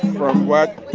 from what